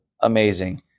amazing